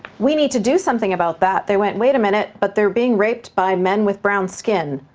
we need to do something about that, they went, wait a minute, but they're being raped by men with brown skin,